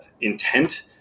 intent